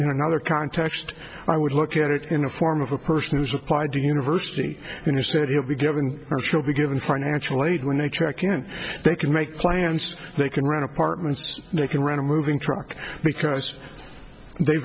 in another context i would look at it in the form of a person who's applied to university in the city will be given or should be given financial aid when they check in they can make plans they can rent apartments they can run a moving truck because they